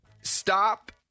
Stop